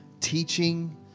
teaching